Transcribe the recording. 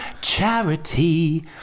charity